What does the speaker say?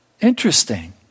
Interesting